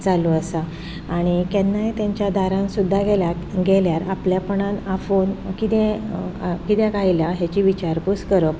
चालू आसा आनी केन्नाय तेंच्या दारान सुद्दां गेल्यार गेल्यार आपल्यापणान आफोवन किदेंय किद्याक आयला हाची विचारपूस करप